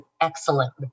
excellent